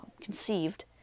conceived